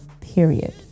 Period